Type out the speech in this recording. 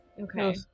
Okay